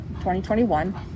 2021